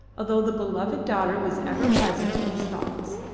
although the beloved daughter was ever present in his thoughts.